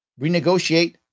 renegotiate